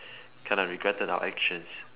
kind of regretted our actions